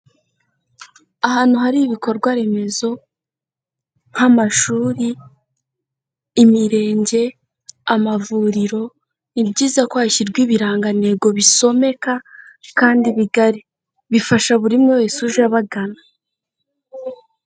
Ahantu hari ibikorwa remezo nk'amashuri, imirenge, amavuriro, ni ibyiza ko hashyirwa ibirangantego bisomeka kandi bigari, bifasha buri umwe wese uje abagana.